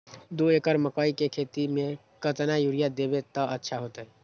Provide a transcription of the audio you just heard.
दो एकड़ मकई के खेती म केतना यूरिया देब त अच्छा होतई?